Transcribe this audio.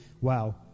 wow